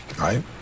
right